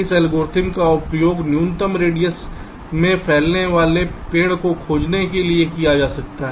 इस एल्गोरिथ्म का उपयोग न्यूनतम रेडियस में फैलाने वाले पेड़ को खोजने के लिए किया जा सकता है